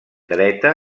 dreta